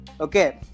okay